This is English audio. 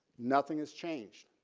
nothing has changed.